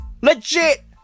Legit